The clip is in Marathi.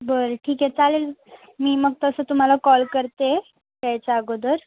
बरं ठीक आहे चालेल मी मग तसं तुम्हाला कॉल करते यायच्या अगोदर